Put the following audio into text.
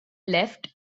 left